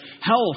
health